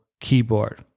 keyboard